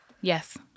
Yes